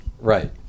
Right